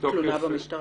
תלונה במשטרה.